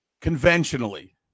conventionally